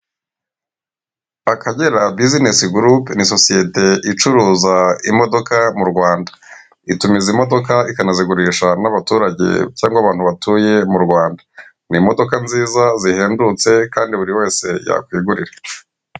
Akagera business group ni sosiyete icuruza imodoka mu rwanda itumiza modoka ikanazigurisha n'abaturage cyangwa abantu batuye mu rwanda ni imodoka nziza zihendutse kandi buri wese ya kwigurira .